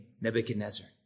Nebuchadnezzar